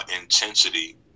Intensity